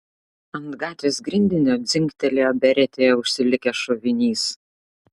ant gatvės grindinio dzingtelėjo beretėje užsilikęs šovinys